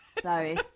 Sorry